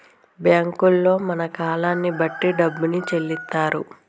బ్యాంకుల్లో మన కాలాన్ని బట్టి డబ్బును చెల్లిత్తరు